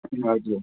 हजुर